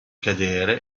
cadere